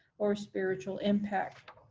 or spiritual impact.